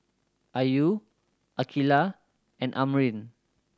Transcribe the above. Ayu Aqilah and Amrin